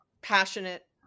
passionate